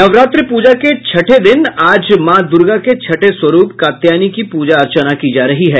नवरात्रि पूजा के छठवें दिन आज माँ दुर्गा के छठे स्वरूप कात्यायनी की पूजा अर्चना की जा रही है